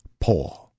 Paul